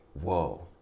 whoa